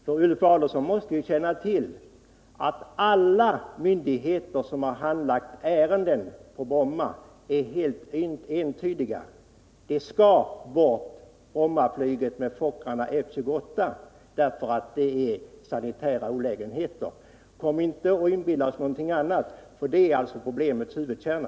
Ulf Adelsohn måste ju känna till att alla myndigheter som handlagt Brommaärendet är helt enstämmiga: Brommaflyget med Fokker F 28 skall bort, eftersom det medför sanitära olägenheter. Kom inte och inbilla oss någonting annat — det är problemets huvudkärna.